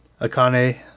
Akane